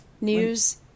news